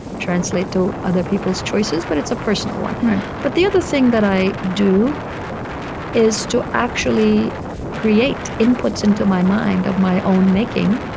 translate to other people's choices. but it's a personal one but the other thing that i do is to actually create inputs into my mind of my own making.